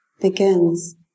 begins